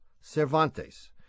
Cervantes